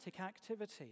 activity